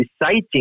reciting